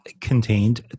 contained